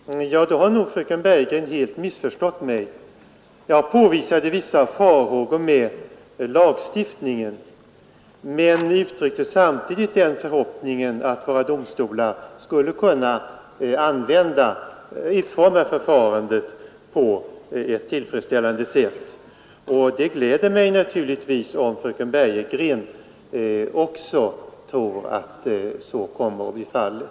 Herr talman! Då har nog fröken Bergegren helt missförstått mig. Jag påvisade vissa faror med lagstiftningen men uttryckte samtidigt den förhoppningen att våra domstolar skulle kunna utforma förfarandet på ett tillfredsställande sätt. Och det gläder mig naturligtvis om fröken Bergegren också tror att så kommer att bli fallet.